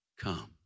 come